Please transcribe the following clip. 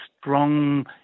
strong